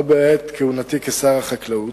לא בעת כהונתי כשר החקלאות,